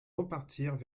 repartirent